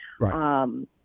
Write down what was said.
Right